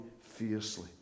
fiercely